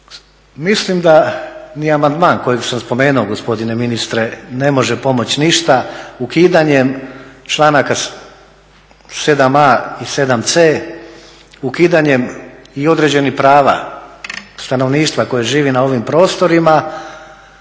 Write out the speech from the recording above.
Mislim da ni amandman kojeg sam spomenuo gospodine ministre ne može pomoći ništa, ukidanjem članaka 7.a i 7.c ukidanjem i određenih prava stanovništva koje živi na ovim prostorima